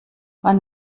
wann